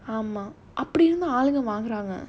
ah mah அப்புறம் ஏன் வாங்குறாங்க:appuram yaen vaanguraanga